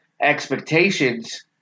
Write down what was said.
expectations